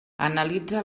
analitza